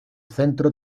centro